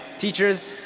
teachers,